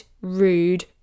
rude